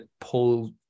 pull